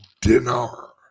dinar